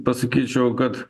pasakyčiau kad